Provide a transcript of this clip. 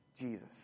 Jesus